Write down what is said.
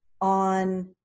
on